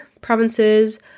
province's